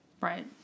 Right